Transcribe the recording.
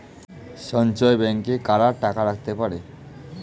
সঞ্চয় ব্যাংকে কারা টাকা রাখতে পারে?